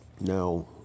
Now